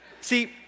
See